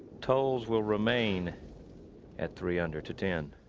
tolles will remain at three under to ten.